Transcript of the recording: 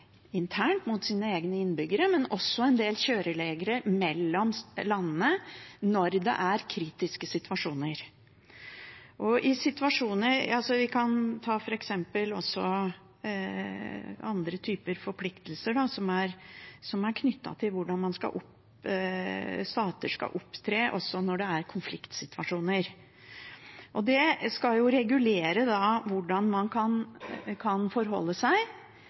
internt mot sine egne innbyggere, men også en del kjøreregler mellom landene når det er kritiske situasjoner. Vi kan f.eks. ta andre typer forpliktelser som er knyttet til hvordan stater skal opptre når det er konfliktsituasjoner. Det skal regulere hvordan man kan forholde seg